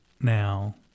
now